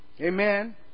Amen